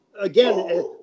again